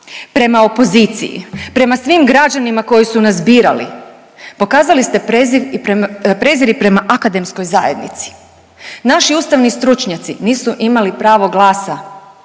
prema opoziciji, prema svim građanima koji su nas birali, pokazali ste prezir i prema akademskoj zajednici. Naši ustavni stručnjaci nisu imali pravo glasa